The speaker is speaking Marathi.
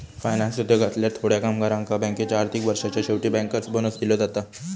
फायनान्स उद्योगातल्या थोड्या कामगारांका बँकेच्या आर्थिक वर्षाच्या शेवटी बँकर्स बोनस दिलो जाता